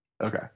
Okay